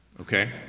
okay